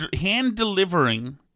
hand-delivering